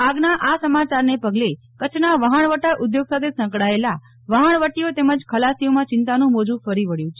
આગના આ સમાચારને પગલે કચ્છના વહાણવટા ઉદ્યોગ સાથે સંકળાયેલા વહાણવટીઓ તેમજ ખલાસીઓમાં ચિતાનું મોજું ફરી વળ્યું છે